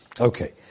okay